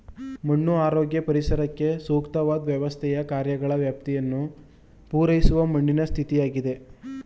ಮಣ್ಣು ಆರೋಗ್ಯ ಪರಿಸರಕ್ಕೆ ಸೂಕ್ತವಾದ್ ವ್ಯವಸ್ಥೆಯ ಕಾರ್ಯಗಳ ವ್ಯಾಪ್ತಿಯನ್ನು ಪೂರೈಸುವ ಮಣ್ಣಿನ ಸ್ಥಿತಿಯಾಗಿದೆ